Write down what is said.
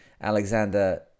Alexander